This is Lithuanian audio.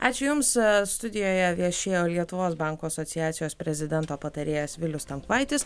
ačiū jums studijoje viešėjo lietuvos bankų asociacijos prezidento patarėjas vilius tamkvaitis